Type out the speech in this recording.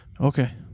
Okay